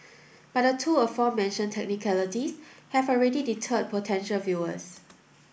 but the two aforementioned technicalities have already deterred potential viewers